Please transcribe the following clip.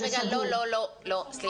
זה לא פינג-פונג.